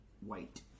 white